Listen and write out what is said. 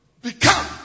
become